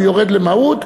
הוא יורד למהות,